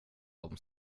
dem